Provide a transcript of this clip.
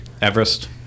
Everest